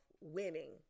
winning